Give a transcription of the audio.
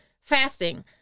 Fasting